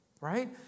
right